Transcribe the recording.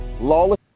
lawless